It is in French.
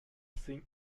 signe